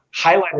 highlighted